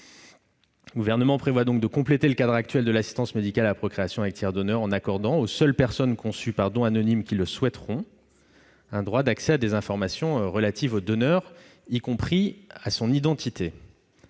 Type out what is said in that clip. le Gouvernement prévoit de compléter le cadre actuel de l'assistance médicale à la procréation avec tiers donneur, en accordant aux seules personnes conçues par don anonyme qui le souhaiteront un droit d'accès à des informations relatives au donneur, y compris à son identité.